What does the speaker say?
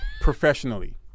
professionally